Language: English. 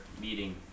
meeting